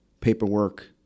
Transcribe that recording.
Paperwork